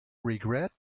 regret